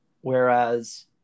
whereas